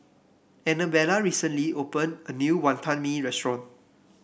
Annabella recently opened a new Wonton Mee restaurant